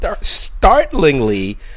startlingly